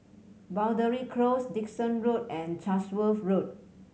Boundary Close Dickson Road and Chatsworth Road